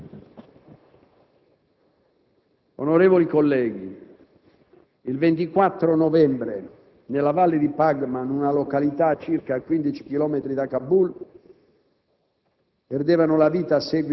Onorevoli colleghi, il 24 novembre nella valle di Paghman, una località a circa 15 chilometri da Kabul,